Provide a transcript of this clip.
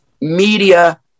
media